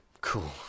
cool